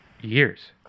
years